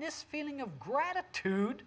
this feeling of gratitude